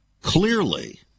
Clearly